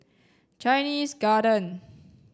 Chinese Garden